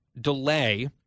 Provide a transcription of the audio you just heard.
delay